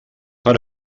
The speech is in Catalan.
per